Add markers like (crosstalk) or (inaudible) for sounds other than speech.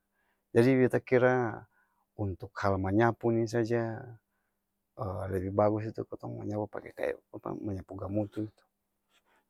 Jadi, beta kira untuk hal manyapu ni saj (hesitation) lebih bagus itu katong menyapu pake kaya apa? Manyapu gamutu itu.